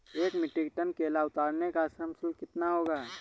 एक metric ton केला उतारने का श्रम शुल्क कितना होगा?